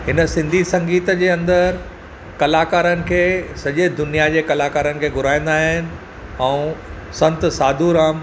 हिन सिंधी संगीत जे अंदर कलाकारनि खे सॼे दुनियां जे कलाकारनि खे घुराईंदा आहिनि ऐं संत साधू राम